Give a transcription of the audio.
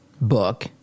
book